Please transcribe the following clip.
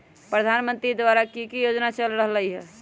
प्रधानमंत्री द्वारा की की योजना चल रहलई ह?